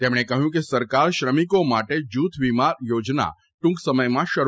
તેમણે કહ્યું કે સરકાર શ્રમિકો માટે જૂથ વીમા યોજના ટ્રંક સમયમાં શરૂ કરશે